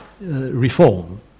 reform